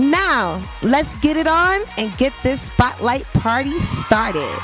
now let's get it on and get this spotlight party started